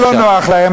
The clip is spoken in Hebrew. למרות שלא נוח להם,